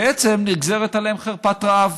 בעצם נגזרת עליהם חרפת רעב.